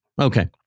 Okay